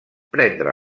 prendre